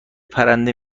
پرنده